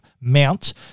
mount